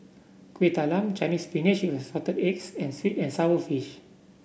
Kuih Talam Chinese Spinach with Assorted Eggs and sweet and sour fish